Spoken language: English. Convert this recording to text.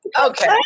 Okay